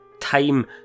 Time